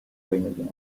rain